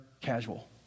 casual